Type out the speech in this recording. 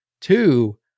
Two